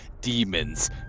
Demons